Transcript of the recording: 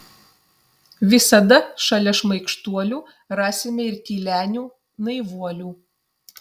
visada šalia šmaikštuolių rasime ir tylenių naivuolių